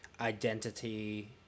identity